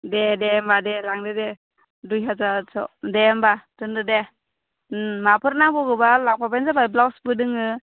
दे दे होमबा दे लांदो दे दुइ हाजार आथस' दे होमबा दोनदो दे माबाफोर नांबावगौबा लांफायबानो जाबाय ब्लाउसबो दोङो